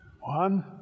One